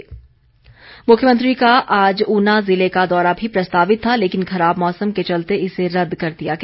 दौरा स्थगित मुख्यमंत्री का आज ऊना ज़िले का दौरा भी प्रस्तावित था लेकिन खराब मौसम के चलते इसे रद्द कर दिया गया